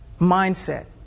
mindset